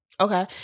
Okay